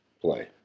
play